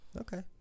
Okay